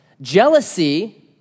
Jealousy